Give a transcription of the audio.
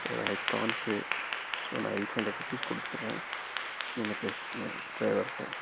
sir I can't pay so நான் eight hundred rupees கொடுத்துட்றேன் நீங்கள் பேசிக்கிங்க ட்ரைவர்கிட்ட